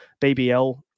BBL